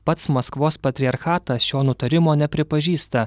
pats maskvos patriarchatas šio nutarimo nepripažįsta